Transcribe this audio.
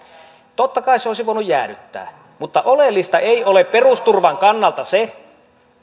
totta kai sen olisi voinut jäädyttää mutta oleellista ei ole perusturvan kannalta se